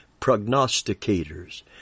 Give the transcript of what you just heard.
prognosticators